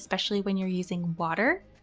especially when you're using water.